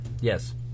Yes